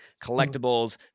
Collectibles